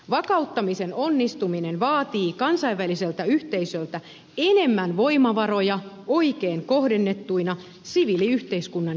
vakauttamisen onnistuminen vaatii kansainväliseltä yhteisöltä enemmän voimavaroja oikein kohdennettuina siviiliyhteiskunnan jälleenrakentamiseksi